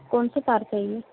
कौन सा तार चाहिए